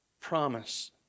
promise